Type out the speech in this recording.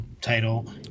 title